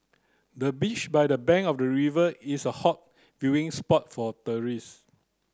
the bench by the bank of the river is a hot viewing spot for tourist